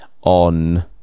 on